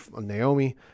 Naomi